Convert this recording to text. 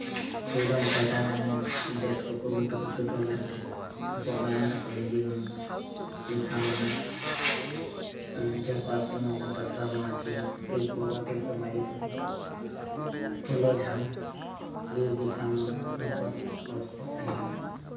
freedom fighter ᱫᱮᱥ ᱠᱚ ᱠᱩᱨᱩᱢᱩᱴᱩ ᱠᱚ ᱪᱷᱩᱴᱟᱹᱣ ᱞᱮᱱᱛᱮ ᱟᱠᱚᱣᱟᱜ ᱢᱟᱭᱟᱝ ᱛᱟᱠᱤ ᱞᱤᱸᱜᱤ ᱞᱮᱱᱟ ᱵᱤᱨᱥᱟ ᱢᱩᱱᱰᱟ ᱫᱚᱥᱨᱟ ᱢᱟᱨᱪ ᱨᱮ ᱛᱤᱞᱠᱟᱹ ᱵᱟᱵᱟ ᱛᱤᱞᱠᱟᱹ ᱢᱟᱹᱡᱷᱤ ᱛᱟᱠᱚ ᱯᱷᱩᱞᱳ ᱡᱷᱟᱱᱳ ᱵᱤᱨ ᱵᱤᱨᱥᱟ ᱢᱩᱱᱰᱟ ᱱᱩᱠᱩᱣᱟᱜ ᱜᱚᱲᱚ ᱥᱚᱯᱚᱦᱚᱫ ᱛᱟᱦᱮᱸ ᱞᱮᱱᱟ